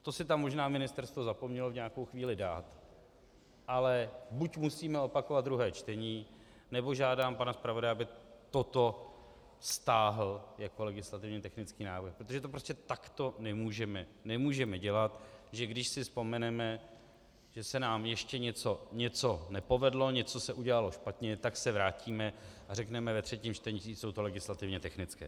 To si tam možná ministerstvo zapomnělo nějakou chvíli dát, ale buď musíme opakovat druhé čtení, nebo žádám pana zpravodaje, aby to stáhl jako legislativně technický návrh, protože to prostě takto nemůžeme dělat, že když si vzpomeneme, že se nám ještě něco nepovedlo, něco se udělalo špatně, tak se vrátíme a řekneme ve třetím čtení, že jsou to legislativně technické.